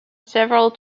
several